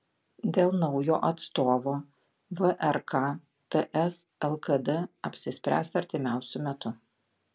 dėl naujo atstovo vrk ts lkd apsispręs artimiausiu metu